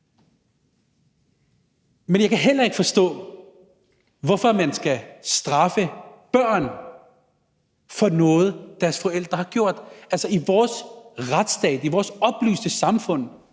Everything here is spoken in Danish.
Men jeg kan heller ikke forstå, hvorfor man skal straffe børn for noget, deres forældre har gjort. I vores retsstat, i vores oplyste samfund